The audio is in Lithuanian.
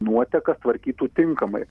nuotekas tvarkytų tinkamai